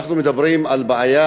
אנחנו מדברים על בעיה,